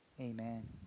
Amen